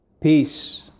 peace